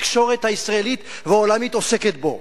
התקשורת הישראלית והעולמית עוסקות בו,